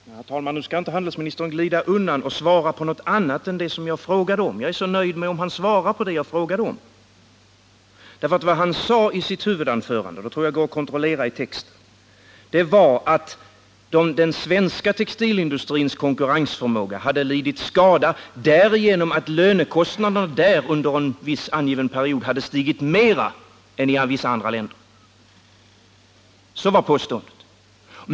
Herr talman! Nu skall handelsministern inte glida undan och svara på något annat än det som jag har frågat om. Jag är så nöjd om han svarar på min fråga. Vad handelsministern sade i sitt huvudanförande — det går att kontrollera i protokollet — var att den svenska textilindustrins konkurrensförmåga hade lidit skada därigenom att lönekostnaderna under en angiven period hade stigit mer än i vissa andra länder. Så löd påståendet.